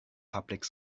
public